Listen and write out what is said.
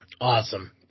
Awesome